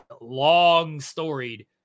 long-storied